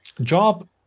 job